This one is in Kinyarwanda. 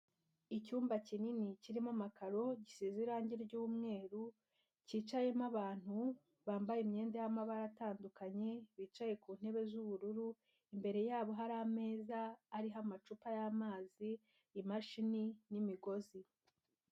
Icyumba kinini kirimo amakaro, gisize irangi ry'umweru, cyicayemo abantu, bambaye imyenda y'amabara atandukanye, bicaye ku ntebe z'ubururu. Imbere yabo hari ameza, ariho amacupa y'amazi, imashini n'imigozi.